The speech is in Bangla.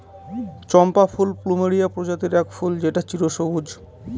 চম্পা ফুল প্লুমেরিয়া প্রজাতির এক ফুল যেটা চিরসবুজ